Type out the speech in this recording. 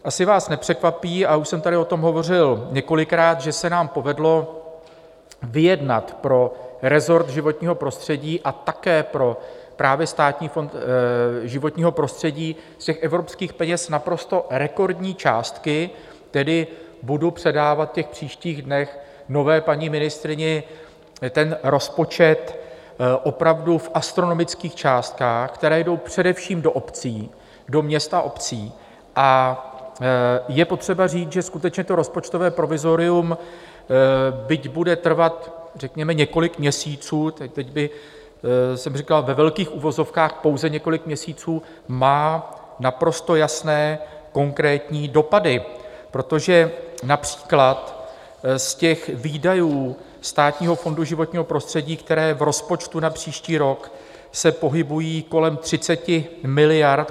Asi vás nepřekvapí, a už jsem tady o tom hovořil několikrát, že se nám povedlo vyjednat pro rezort životního prostředí a také právě pro Státní fond životního prostředí z evropských peněz naprosto rekordní částky, tedy budu předávat v příštích dnech nové paní ministryni rozpočet opravdu v astronomických částkách, které jdou především do obcí, do měst a obcí, a je potřeba říct, že skutečně to rozpočtové provizorium, byť bude trvat, řekněme, několik měsíců, řekl bych ve velkých uvozovkách pouze několik měsíců, má naprosto jasné konkrétní dopady, protože například z výdajů Státního fondu životního prostředí, které jsou v rozpočtu na příští rok, se pohybují kolem 30 miliard.